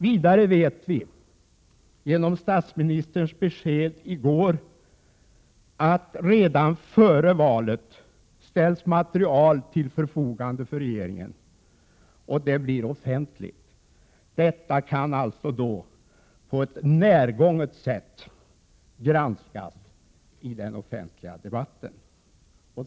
Vidare vet vi genom statsministerns besked i går att redan före valet ställs material till förfogande från regeringen och att det blir offentligt. Detta kan alltså då på ett närgånget sätt granskas i den offentliga debatten.